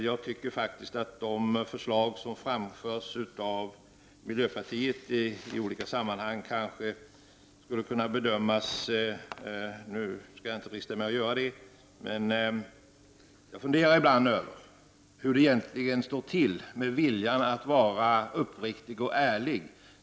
Jag tycker faktiskt att det finns anledning att titta på de förslag som framförts av miljöpartiet i olika sammanhang. Jag skall inte drista mig att göra det nu, men jag funderar ibland över hur det egentligen står till med viljan att vara uppriktig och ärlig.